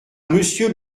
monsieur